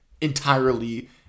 entirely